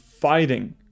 fighting